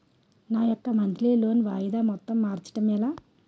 నా యెక్క monthly loan వాయిదా మొత్తం మార్చడం ఎలా?